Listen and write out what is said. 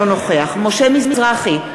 אינו נוכח משה מזרחי,